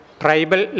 tribal